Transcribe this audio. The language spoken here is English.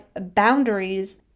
boundaries